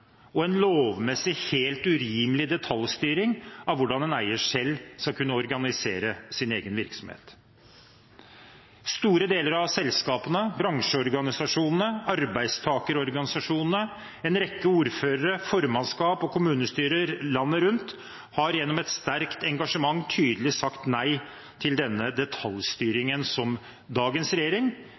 og en lovmessig helt urimelig detaljstyring av hvordan en eier selv skal kunne organisere sin egen virksomhet. Store deler av selskapene, bransjeorganisasjonene, arbeidstakerorganisasjonene, en rekke ordførere, formannskap og kommunestyrer landet rundt har gjennom et sterkt engasjement tydelig sagt nei til den detaljstyringen som dagens regjering,